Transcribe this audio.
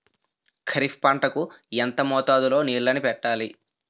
ఖరిఫ్ పంట కు ఎంత మోతాదులో నీళ్ళని పెట్టాలి?